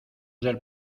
del